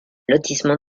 lotissement